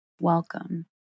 Welcome